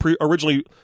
originally